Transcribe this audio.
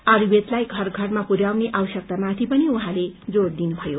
आयुर्वेदलाई घर घरमा पुर्याउने आवश्यकतामाथि पनि उर्खँले जोड़ दिनुभयो